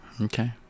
Okay